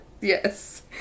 Yes